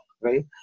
right